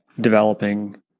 developing